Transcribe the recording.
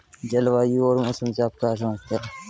जलवायु और मौसम से आप क्या समझते हैं?